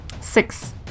Six